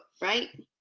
right